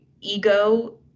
ego